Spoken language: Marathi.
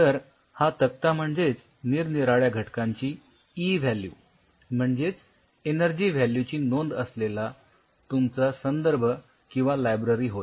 तर हा तक्ता म्हणजेच निरनिराळ्या घटकांची ई व्हॅल्यू म्हणेजच एनर्जी व्हॅल्यूची नोंद असलेला तुमचा संदर्भ किंवा लायब्ररी होय